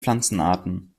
pflanzenarten